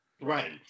Right